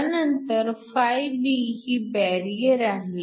त्यानंतर φB ही बॅरिअर आहे